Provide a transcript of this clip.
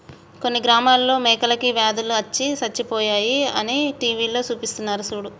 కొన్ని గ్రామాలలో మేకలకి వ్యాధులు అచ్చి సచ్చిపోయాయి అని టీవీలో సూపిస్తున్నారు సూడు